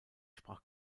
sprach